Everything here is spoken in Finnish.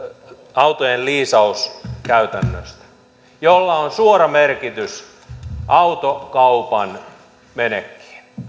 autojen liisauskäytännöstä jolla on suora merkitys autokaupan menekkiin